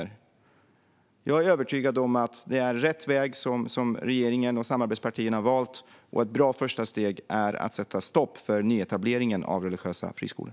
Jag är övertygad om att det är rätt väg som regeringen och samarbetspartierna har valt, och ett bra första steg är att sätta stopp för nyetableringen av religiösa friskolor.